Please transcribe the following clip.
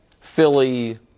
Philly